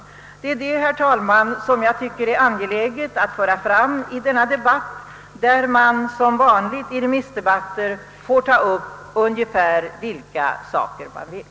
Detta, herr talman, tycker jag är angeläget att föra fram i denna debatt, där man som vanligt i remissdebatter får ta upp ungefär vilka frågor man vill.